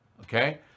okay